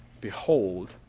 Behold